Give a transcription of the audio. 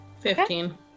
Fifteen